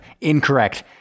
Incorrect